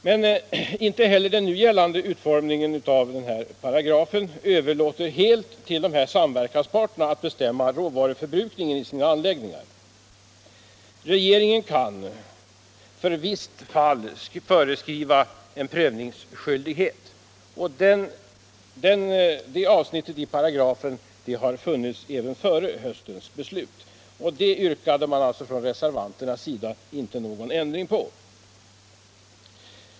Men inte heller den nu gällande utformningen av 136 a § överlåter helt till samverkansparterna att bestämma råvaruförbrukningen vid sina anläggningar. Regeringen kan för visst fall föreskriva en prövningsskyldighet. Det avsnittet i paragrafen har funnits även före höstens beslut, och det yrkar alltså reservanterna inte någon ändring på.